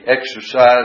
exercise